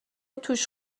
توش